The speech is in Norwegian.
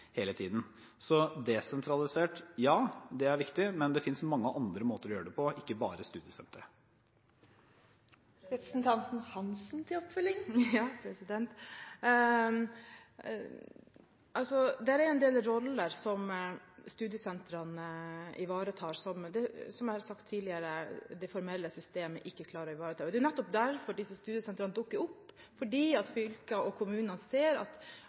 er viktig, men det finnes mange andre måter å gjøre det på – ikke bare ved hjelp av studiesentre. Det er en del roller som studiesentrene ivaretar, som – som jeg har sagt tidligere – det formelle systemet ikke klarer å ivareta. Det er nettopp derfor disse studiesentrene dukker opp. I fylkene og kommunene ser man at